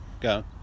go